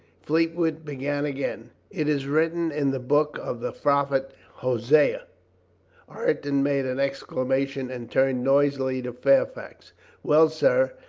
fleetwood began again it is written in the book of the prophet hosea ireton made an exclamation and turned noisily to fairfax well, sir,